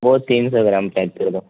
وہ تین سو گرام پیک کر دو